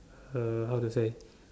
uh how to say